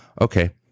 okay